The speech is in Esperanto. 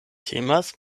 temas